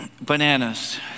bananas